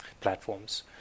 platforms